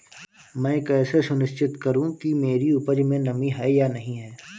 मैं कैसे सुनिश्चित करूँ कि मेरी उपज में नमी है या नहीं है?